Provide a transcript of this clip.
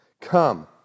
Come